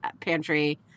pantry